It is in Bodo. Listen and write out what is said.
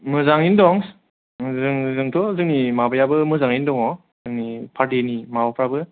मोजाङैनो दं जों जोंथ' जोंनि माबायाबो मोजाङैनो दङ जोंनि फार्थिनि माबाफ्राबो